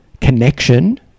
connection